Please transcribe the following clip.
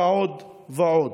ועוד ועוד.